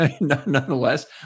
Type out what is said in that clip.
nonetheless